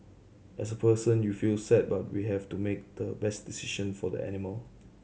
as person you feel sad but we have to make the best decision for the animal